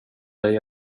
dig